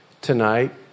tonight